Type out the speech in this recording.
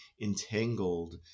entangled